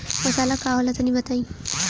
गौवशाला का होला तनी बताई?